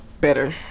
better